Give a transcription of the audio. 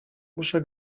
muszę